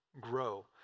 grow